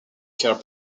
card